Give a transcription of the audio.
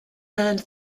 earned